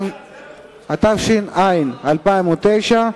התש"ע 2009,